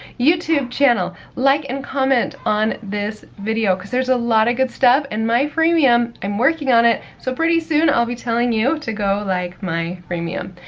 youtube channel. like and comment on this video cause there's a lot of good stuff, and my freemium, i'm working on it, so pretty soon, i'll be tell you to go like my freemium.